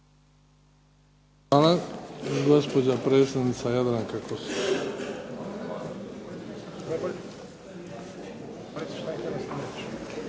Hvala.